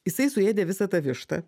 jisai suėdė visą tą vištą